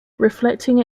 reflecting